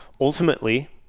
ultimately